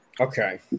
Okay